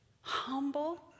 humble